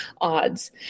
odds